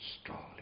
strongly